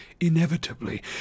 inevitably